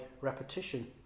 repetition